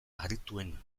harrituen